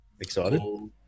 excited